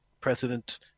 president